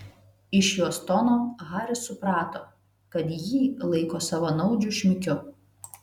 iš jos tono haris suprato kad jį laiko savanaudžiu šmikiu